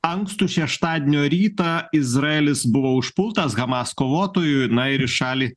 ankstų šeštadienio rytą izraelis buvo užpultas hamas kovotojų na ir į šalį